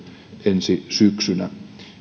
ensi syksynä